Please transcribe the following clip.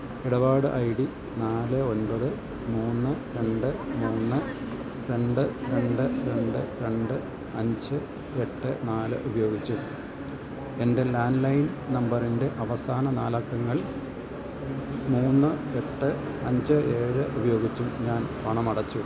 ഇടപാട് I D നാല് ഒന്പത് മൂന്ന് രണ്ട് മൂന്ന് രണ്ട് രണ്ട് രണ്ട് രണ്ട് അഞ്ച് എട്ട് നാല് ഉപയോഗിച്ചും എന്റെ ലാന്ഡ്ലൈന് നമ്പറിന്റെ അവസാന നാലക്കങ്ങൾ മൂന്ന് എട്ട് അഞ്ച് ഏഴ് ഉപയോഗിച്ചും ഞാൻ പണമടച്ചു